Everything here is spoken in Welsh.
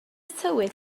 tywydd